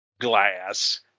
glass